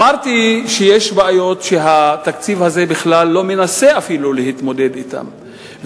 אמרתי שיש בעיות שהתקציב הזה בכלל לא מנסה אפילו להתמודד אתן,